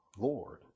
lord